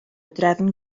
drefn